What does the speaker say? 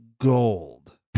gold